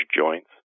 joints